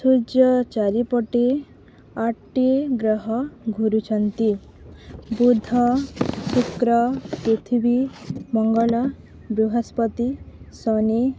ସୂର୍ଯ୍ୟ ଚାରିପଟିେ ଆଠଟି ଗ୍ରହ ଘୁରୁଛନ୍ତି ବୁଧ ଶୁକ୍ର ପୃଥିବୀ ମଙ୍ଗଳ ବୃହାସ୍ପତି ଶନି